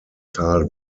tal